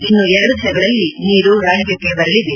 ಇನ್ನು ಎರಡು ದಿನಗಳಲ್ಲಿ ನೀರು ರಾಜ್ಯಕ್ಕೆ ಬರಲಿದೆ